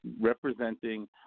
representing –